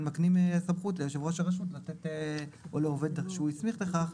מקנים סמכות ליושב ראש הראשות לניירות ערך או לעובד שהוא הסמיך לכך,